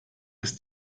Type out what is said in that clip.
ist